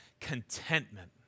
contentment